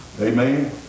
Amen